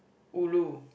ulu